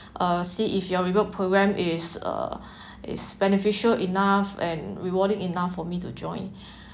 uh see if your reward programme is uh is beneficial enough and rewarding enough for me to join